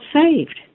saved